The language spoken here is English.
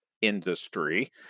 industry